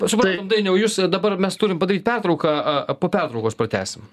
supratom dainiau jus dabar mes turim padaryt pertrauką po pertraukos pratęsim